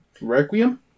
Requiem